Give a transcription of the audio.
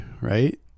right